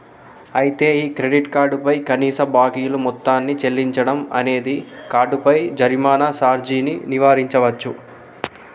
అయితే ఈ credit card పై కనీస బాకీలు మొత్తాన్ని చెల్లించడం అనేది కార్డుపై జరిమానా సార్జీని నివారించవచ్చు